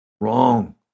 wrong